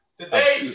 Today